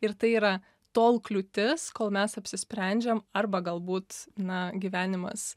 ir tai yra tol kliūtis kol mes apsisprendžiam arba galbūt na gyvenimas